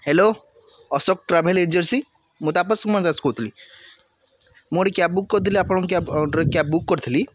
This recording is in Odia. ହେଲୋ ଅଶୋକ ଟ୍ରାଭେଲ୍ ଏଜେନ୍ସି ମୁଁ ତାପସ କୁମାର ଦାସ କହୁଥିଲି ମୁଁ ଗୋଟେ କ୍ୟାବ୍ ବୁକ୍ କରିଥିଲେ ଆପଣଙ୍କ କ୍ୟାବ୍ କ୍ୟାବ୍ ବୁକ୍ କରିଥିଲି